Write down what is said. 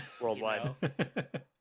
Worldwide